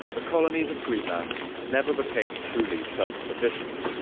the colonies of greenland never became truly self-sufficient.